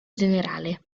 generale